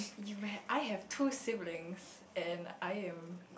you had I have two siblings and I am